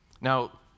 Now